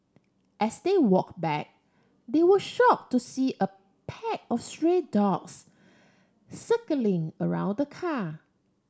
as they walk back they were shock to see a pack of stray dogs circling around the car